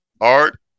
Art